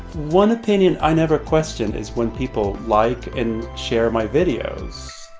one opinion i never question is when people like and share my videos,